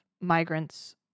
migrants